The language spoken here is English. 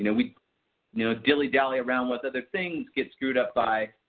and we you know dillydally around with other things, get screwed up by